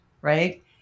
right